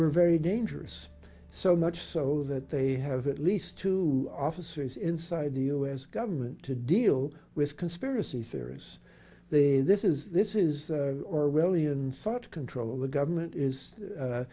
we're very dangerous so much so that they have at least two officers inside the u s government to deal with conspiracy theories the this is this is or really in such control the government is